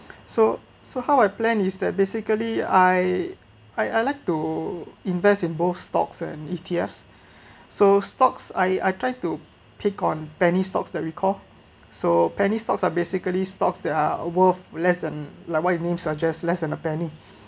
so so how I plan is that basically I I I like to invest in both stocks and E_T_Fs so stocks I I try to pick on penny stocks that we call so penny stocks are basically stocks that are worth less than like what it names suggest less than a penny